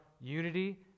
unity